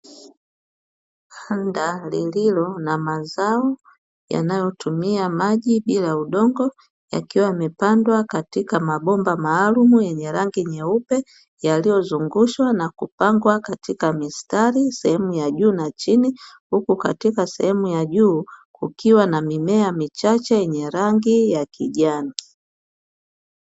Banda lililo na mazao yanayotumia maji bila udongo yakiwa yamepandwa katika mabomba maalumu yenye rangi nyeupe, yaliyozungushwa na kupangwa katika mistari sehemu ya juu na chini huku katika sehemu ya juu kukiwa na mimea michache yenye rangi ya kijani.